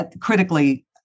critically